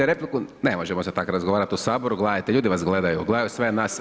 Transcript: Ne možemo se tako razgovarati u Saboru, gledajte ljudi vas gledaju, gledaju sve nas.